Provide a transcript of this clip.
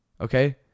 Okay